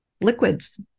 liquids